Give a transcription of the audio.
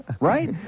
Right